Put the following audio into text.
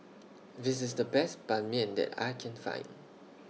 This IS The Best Ban Mian that I Can Find